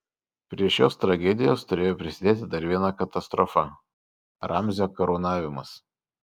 prie šios tragedijos turėjo prisidėti dar viena katastrofa ramzio karūnavimas